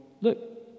look